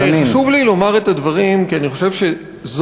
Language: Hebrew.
חשוב לי לומר את הדברים כי אני חושב שזו